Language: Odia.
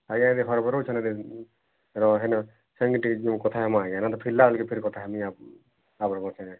ଆଜ୍ଞା ଏଇଠି ଘର କରାଉଛନ୍ତି ରହେ ନ ସେମିତି ଯେଉଁ କଥା ମୋ ଆଜ୍ଞା ଫେର୍ଲା ବେଳେ ଫେର୍ କଥା ହେମି ଆପଣଙ୍କ ସାଙ୍ଗେ